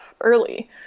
early